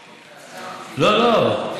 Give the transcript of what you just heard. לא, לא.